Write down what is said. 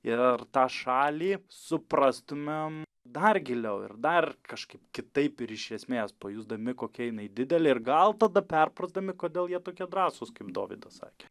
ir tą šalį suprastumėm dar giliau ir dar kažkaip kitaip ir iš esmės pajusdami kokia jinai didelė ir gal tada perprasdami kodėl jie tokie drąsūs kaip dovydas sakė